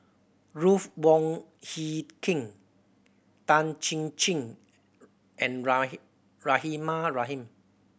Ruth Wong Hie King Tan Chin Chin and Rahimah Rahim